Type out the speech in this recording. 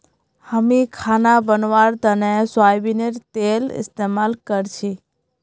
हामी खाना बनव्वार तने सोयाबीनेर तेल इस्तेमाल करछी